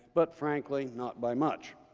but frankly, not by much.